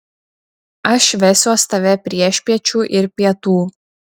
aš vesiuos tave priešpiečių ir pietų